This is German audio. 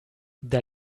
der